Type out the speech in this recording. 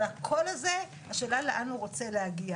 אבל "הכול" הזה, השאלה היא לאן הוא רוצה להגיע.